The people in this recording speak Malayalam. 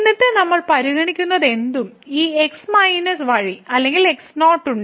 എന്നിട്ട് നമ്മൾ പരിഗണിക്കുന്നതെന്തും ഈ x മൈനസ് വഴി അല്ലെങ്കിൽ x0 ഉണ്ട്